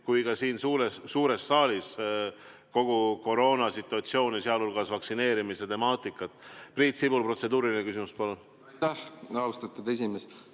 ja ka siin suures saalis kogu koroonasituatsiooni, sh vaktsineerimise temaatikat. Priit Sibul, protseduuriline küsimus, palun! Aitäh, austatud esimees!